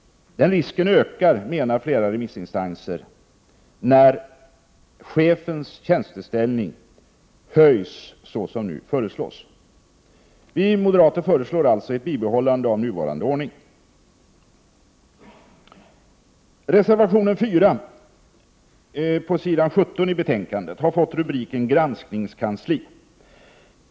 Den risken ökar, menar flera remissinstanser, när chefens tjänsteställning höjs såsom nu föreslås. Vi moderater föreslår alltså ett bibehållande av nuvarande ordning. Reservation 4, på s. 17 i betänkandet, har fått rubriken Granskningskansli.